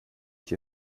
ich